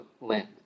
land